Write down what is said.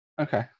okay